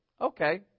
Okay